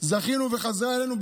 חזרה אלינו,